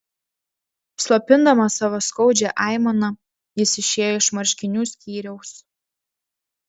slopindamas savo skaudžią aimaną jis išėjo iš marškinių skyriaus